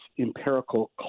empirical